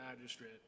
magistrate